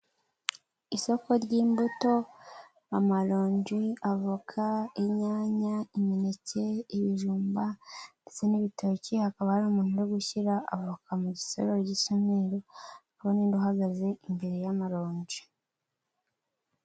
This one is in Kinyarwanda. Isoko ry'imbuto ,amaronji ,avoka ,inyanya ,imineke ,ibijumba ndetse n'ibitoki. Hakaba hari umuntu uri gushyira avoka mu gisorori gisa umweru, hakaba n'undi uhagaze imbere y'amaronji.